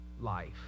life